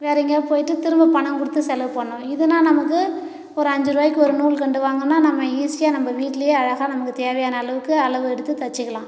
வேறு எங்கேயாவது போய்ட்டு திரும்ப பணம் கொடுத்து செலவு பண்ணும் இதுனா நமக்கு ஒரு அஞ்சு ரூவாய்க்கு ஒரு நூல் கண்டு வாங்கினா நம்ம ஈஸியாக நம்ப வீட்லயே அழகாக நமக்கு தேவையான அளவுக்கு அளவு எடுத்து தச்சுக்கலாம்